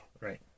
Right